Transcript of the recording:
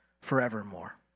forevermore